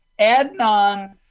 adnan